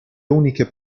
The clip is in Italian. uniche